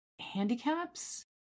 handicaps